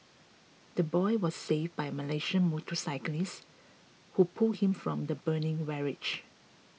the boy was saved by a Malaysian motorcyclist who pulled him from the burning wreckage